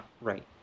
Right